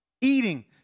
eating